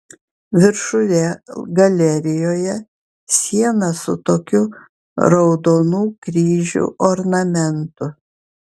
viršuje galerijoje siena su tokiu raudonų kryžių ornamentu